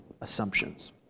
assumptions